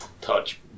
touch